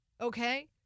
Okay